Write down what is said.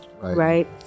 right